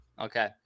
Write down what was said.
Okay